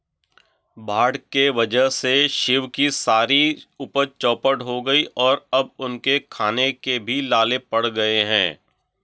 बाढ़ के वजह से शिव की सारी उपज चौपट हो गई और अब उनके खाने के भी लाले पड़ गए हैं